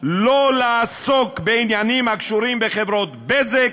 שלא לעסוק בעניינים הקשורים לחברות "בזק",